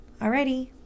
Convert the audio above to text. Alrighty